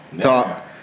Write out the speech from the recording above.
Talk